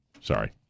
Sorry